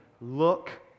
look